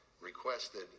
requested